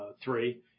three